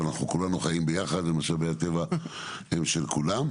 אנחנו כולנו חיים ביחד, ומשאבי הטבע הם של כולם.